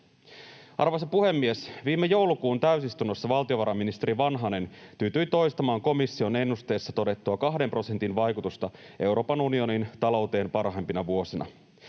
Arvoisa puhemies! Viime joulukuun täysistunnossa valtiovarainministeri Vanhanen tyytyi toistamaan komission ennusteissa todettua kahden prosentin vaikutusta Euroopan unionin talouteen parhaimpina vuosina.